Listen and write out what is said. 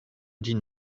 ĝin